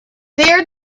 there